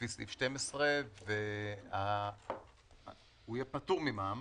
לפי סעיף 12. הוא יהיה פטור מע"מ?